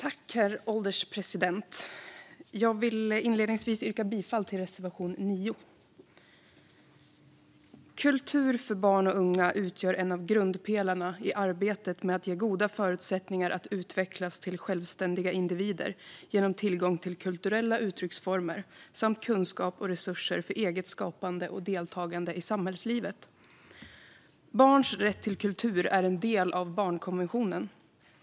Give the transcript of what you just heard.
Herr ålderspresident! Jag vill inledningsvis yrka bifall till reservation 9. Kultur för barn och unga utgör en av grundpelarna i arbetet med att ge goda förutsättningar att utvecklas till självständiga individer genom tillgång till kulturella uttrycksformer samt kunskap och resurser för eget skapande och deltagande i samhällslivet. Barns rätt till kultur är en del av barnkonventionen.